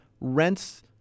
rents